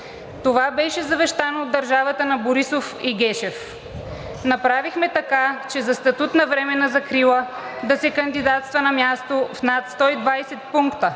Това беше завещано от държавата на Борисов и Гешев. Направихме така, че за статут на временна закрила да се кандидатства на място в над 120 пункта